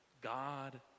God